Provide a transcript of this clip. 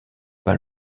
pas